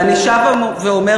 ואני שבה ואומרת,